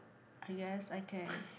I guess I can